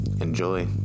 Enjoy